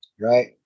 right